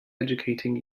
educating